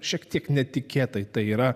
šiek tiek netikėtai tai yra